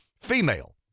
female